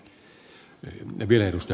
arvoisa puhemies